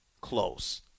close